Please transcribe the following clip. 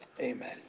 Amen